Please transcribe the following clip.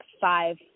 five